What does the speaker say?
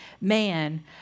man